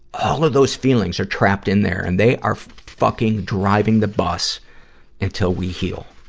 all of those feelings are trapped in there, and they are fucking driving the bus until we heal.